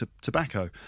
tobacco